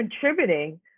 contributing